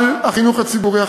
על החינוך הציבורי.